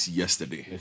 yesterday